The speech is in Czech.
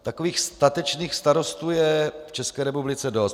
Takových statečných starostů je v České republice dost.